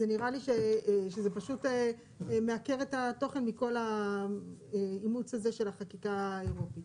זה נראה לי שזה פשוט מעכב את התוכן מכל האימוץ הזה של החקיקה האירופית.